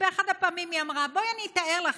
באחת הפעמים היא אמרה: בואי אני אתאר לך,